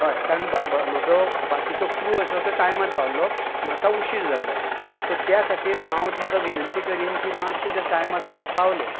हय कारण म्ह म्हजो बाकीचो क्रू आसलो तो टायमार पावल्लो म्हाका उशीर जाल्लो सो त्या खातीर हांव तुमकां विनंती करीन की मातशें जर टायमार तुमी पावले